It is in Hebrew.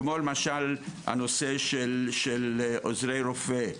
כמו למשל הנושא של עוזרי רופא,